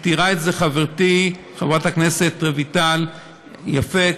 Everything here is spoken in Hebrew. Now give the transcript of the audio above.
ותיארה את זה חברתי חברת הכנסת רויטל יפה: